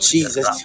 Jesus